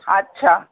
अछा